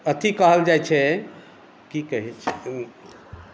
अथी कहल जाइत छै की कहै छै